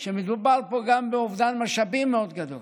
שמדובר פה גם באובדן משאבים מאוד גדול